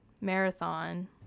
marathon